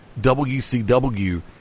WCW